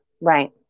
Right